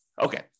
Okay